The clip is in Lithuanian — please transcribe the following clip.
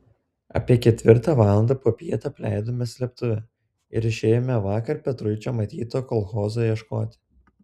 apie ketvirtą valandą popiet apleidome slėptuvę ir išėjome vakar petruičio matyto kolchozo ieškoti